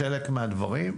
חלק מהדברים,